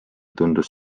tundus